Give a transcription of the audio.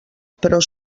però